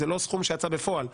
זה לא סכום שיצא בפועל,